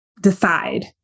decide